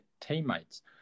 teammates